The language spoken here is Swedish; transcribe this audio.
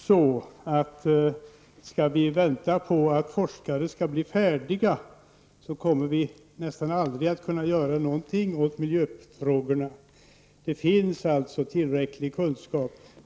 Skall vi vänta på att forskare blir färdiga, kommer vi nästan aldrig att kunna göra någonting åt miljöfrågorna. Det finns tillräcklig kunskap.